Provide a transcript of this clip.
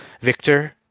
Victor